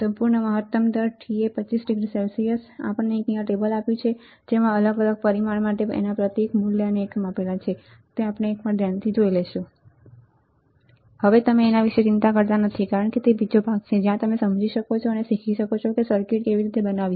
સંપૂર્ણ મહત્તમ દર TA 25 C પરિમાણ પ્રતીક મૂલ્ય એકમ વિદ્યુત સંચાર Vcc ±18 V વિભેદક ઇનપુટ વોલ્ટેજ VI 30 V આવતો વિજપ્રવાહ Vi ±15 V output short circuit સમયગાળો પાવર સ્વચ્છંદતા Pd 500 mW ઓપરેટિંગ તાપમાન શ્રેણી 0≈70 LM741c ToPr 40≈85 °C LM741i સંગ્રહ તાપમાન શ્રેણી TsTg 65≈150 °C હવે અમે તેના વિશે ચિંતા કરતા નથી કારણ કે તે બીજો ભાગ છે જ્યાં તમે સમજી શકો છો અને શીખી શકો છો કે સર્કિટ કેવી રીતે બનાવવી